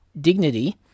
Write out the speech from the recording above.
Dignity